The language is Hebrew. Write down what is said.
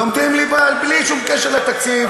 לומדים ליבה בלי שום קשר לתקציב,